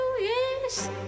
yes